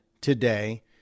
today